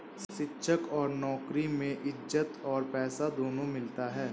शिक्षक की नौकरी में इज्जत और पैसा दोनों मिलता है